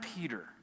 Peter